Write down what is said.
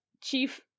chief